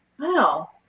Wow